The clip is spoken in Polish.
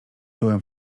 byłem